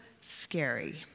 scary